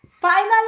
Final